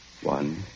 One